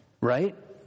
right